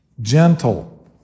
gentle